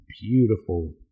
beautiful